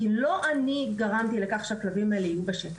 כי לא אני גרמתי לכך שהכלבים האלה יהיו בשטח.